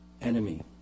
enemy